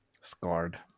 scarred